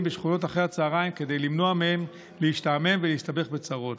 בשכונות אחרי הצוהריים כדי למנוע מהם להשתעמם ולהסתבך בצרות.